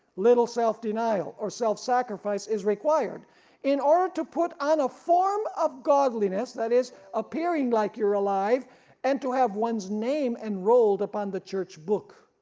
little self denial or self-sacrifice is required in order to put on a form of godliness that is appearing like you're alive and to have one's name enrolled upon the church book.